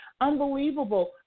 unbelievable